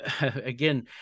Again